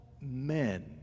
men